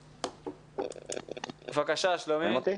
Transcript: בבקשה, שלומי.